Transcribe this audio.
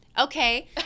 Okay